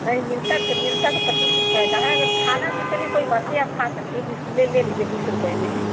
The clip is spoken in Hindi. भाई मिलता है तो मिलता तो पच्चीस रुपये का है अगर खाना है तो चलिए कोई बात नहीं आप खा सकती हैं बीस ले लीजिए बीस रुपये में ही